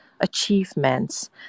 achievements